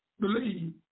believe